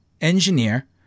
engineer